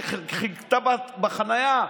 שחיכתה בחניה,